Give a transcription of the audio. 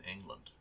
England